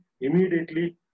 immediately